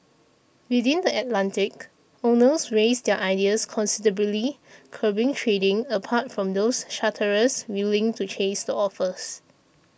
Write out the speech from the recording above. within the Atlantic owners raised their ideas considerably curbing trading apart from those charterers willing to chase the offers